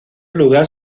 lugar